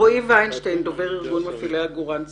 רועי ויינשטיין, דובר ארגון מפעילי עגורן צריח.